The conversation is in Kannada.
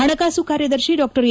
ಹಣಕಾಸು ಕಾರ್ಯದರ್ಶಿ ಡಾ ಎ